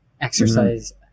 exercise